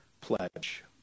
pledge